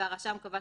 ורוצה לבקש